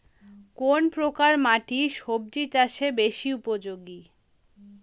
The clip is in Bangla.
কোন প্রকার মাটি সবজি চাষে বেশি উপযোগী?